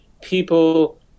people